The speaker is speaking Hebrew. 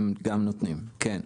הם גם נותנים, כן.